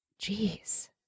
Jeez